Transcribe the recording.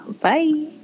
Bye